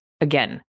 Again